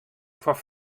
foar